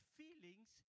feelings